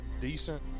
decent